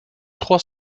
trois